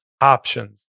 options